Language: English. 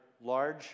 large